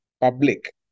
public